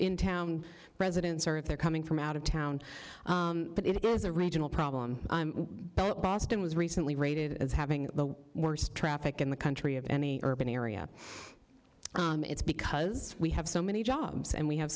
in town residents or if they're coming from out of town but it is a regional problem but boston was recently rated as having the worst traffic in the country of any urban area it's because we have so many jobs and we have